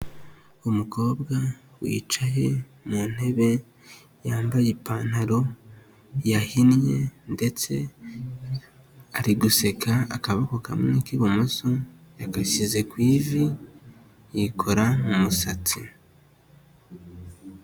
Umukobwa wicaye mu ntebe yambaye ipantaro yahinnye ndetse ari guseka, akaboko kamwe k'ibumoso yagashyize ku ivi yikora mu musatsi.